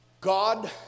God